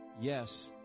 Yes